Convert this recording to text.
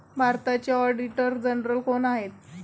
भारताचे auditor general कोण आहेत?